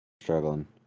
Struggling